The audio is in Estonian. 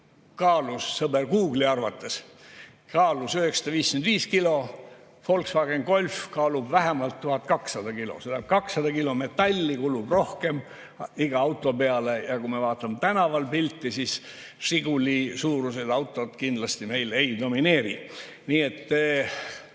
kaalus sõber Google'i arvates 955 kilo, Volkswagen Golf kaalub vähemalt 1200 kilo. See tähendab, et 200 kilo metalli kulub rohkem iga auto peale. Ja kui me vaatame tänavapilti, siis Žiguli-suurused autod kindlasti meil ei domineeri. Nii et